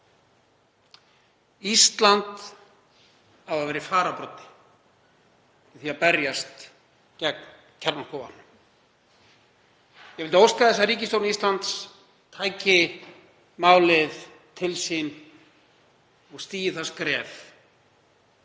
Ísland á að vera í fararbroddi í því að berjast gegn kjarnorkuvopnum. Ég vildi óska þess að ríkisstjórn Íslands tæki málið til sín og stigi það skref